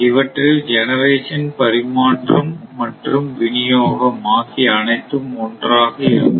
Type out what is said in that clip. இவற்றில் ஜெனரேஷன் பரிமாற்றம் மற்றும் விநியோகம் ஆகிய அனைத்தும் ஒன்றாக இருக்கும்